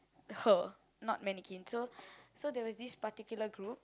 her not mannequin so so there was this particular group